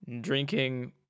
drinking